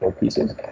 pieces